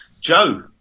Joe